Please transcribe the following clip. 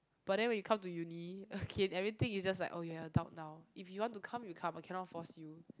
but then when you come to Uni okay everything is just like you are an adult now if you want to come you come I cannot force you